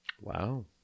Wow